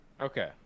Okay